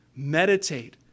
Meditate